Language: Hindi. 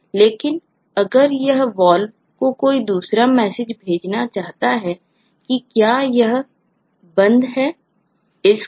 लेकिन अगर यह Valve को कोई दूसरा मैसेज भेजना चाहता है कि क्या यह बंद है isClosed